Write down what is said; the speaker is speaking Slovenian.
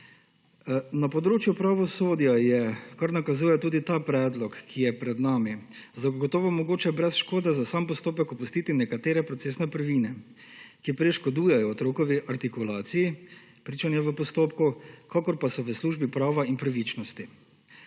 Na področju pravosodja je, na kar nakazuje tudi ta predlog, ki je pred nami, zagotovo mogoče brez škode za sam postopek opustiti nekatere procesne prvine, ki prej škodujejo otrokovi artikulaciji, pričanje v postopku, kakor pa so v službi prava in pravičnosti.